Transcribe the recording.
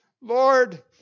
Lord